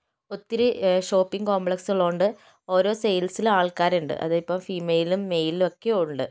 ഒത്തിരി shopping complex ഉള്ളതുകൊണ്ട് ഓരോ സെയിൽസിലും ആൾക്കാരുണ്ട് അത് ഇപ്പോൾ ഫീമെയിലും മെയിലും ഒക്കെയുണ്ട്